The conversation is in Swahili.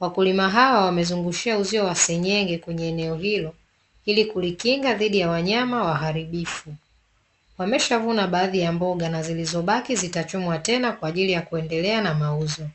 Wakulima hao wamezungushia uzio wa seng'enge kwenye eneo hilo ili kulikingaa dhidi ya wanyama waharibifu. Wameshavuna baadhi ya mboga, na zilizobaki zitachumwa tena kwa ajili ya kuendelea na mauzo.